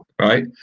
right